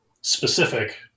specific